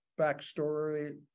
backstory